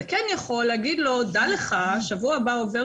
אתה כן יכול להגיד לו: דע לך שבשבוע הבא עובר